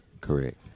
Correct